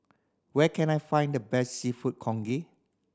where can I find the best Seafood Congee